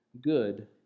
good